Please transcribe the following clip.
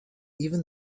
even